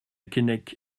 keinec